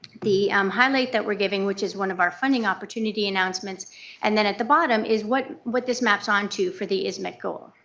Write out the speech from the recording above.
the um highlight that we are giving, which is one of our funding opportunity announcements and then at the bottom is what what this maps onto for the ismicc goal.